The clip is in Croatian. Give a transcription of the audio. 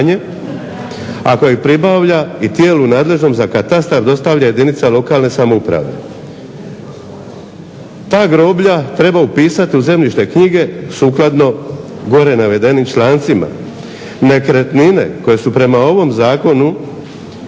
a kojeg pribavlja i tijelu nadležnom za katastar dostavlja jedinica lokalne samouprave. Ta groblja treba upisati u zemljišne knjige sukladno gore navedenim člancima. Nekretnine koje su prema ovom zakonu